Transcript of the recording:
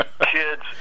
Kids